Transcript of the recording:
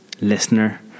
listener